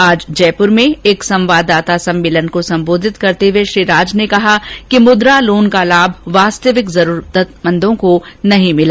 आज जयपुर में एक संवाददाता सम्मेलन को संबोधित करते हुए श्री राज ने कहा कि मुद्रा लोन का लाभ वास्तविक जरूरतमंदों को नहीं मिला